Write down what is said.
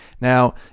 Now